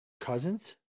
Cousins